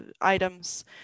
items